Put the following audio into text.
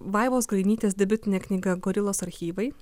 vaivos grainytės debiutinė knyga gorilos archyvai